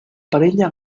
parella